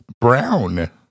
brown